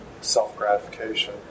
self-gratification